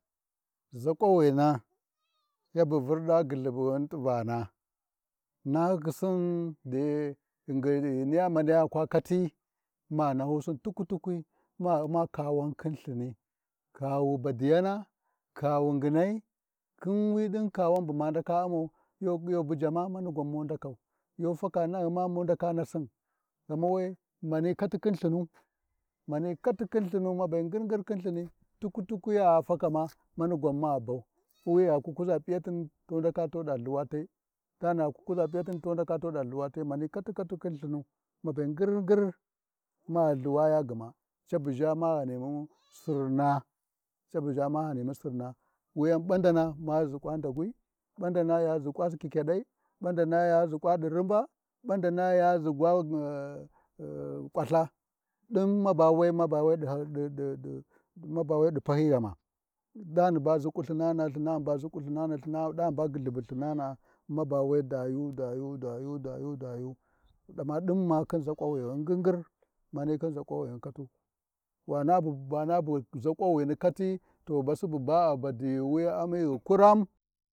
Zaƙwawina yabu wurɗa gyullhu bughima t’ivana, nahakhi sin de ghinghin maniya kwa kati, ma nahyusin tikwi-tikwi ma Umma kawan khin Lthini kawu badiyana kawu nginai, khin wi ɗin kawan bu ma ndaka ummau, yu bujama, manigwan ma ndaka nassin Yu faka naghima we, mani kati khin Lthinu, mani kati khin Lthinu mabe ngir-ngir khin Lthini, tuku-tukwi ya fakama, manigwan ma bau, wi aku kuʒa p’iatin tu ndaka tu ɗa Lthuwa te, tani ta kwa kuʒa P’itin tuɗa Lthuwa te mani kati-kati khin Lthini mabe ngir-ngir, ma Lthuwayiya gma ma ghanimu Sirna cabu ʒha ma ghima sirna, mani mbandana mu ʒukwa ndagwi bandana ya ʒukwa ɗi kyakyiɗai, ɓandama ya ʒukwa ɗi Runbu, ɓandana ʒukwa ɗi-ɗi—ƙwalha lɗin maba we maba ɗi hau ɗiɗi-ɗiɗi-ɗi pahyi ghama, tani ba ʒuƙu Lthinana, Lthinani ba ʒaƙu Lthinana ilthina ɗaniba gyullhubu Lthinana, mabawe dayu-dayu, dayu, dayu, amma ɗin ma khin ʒakwa wani nighin ngirngir, mani khin ʒaƙu wini katu, wana-wana bu ʒaƙwini kati to basi bu ba a badiyi wi ami ghi kuraum.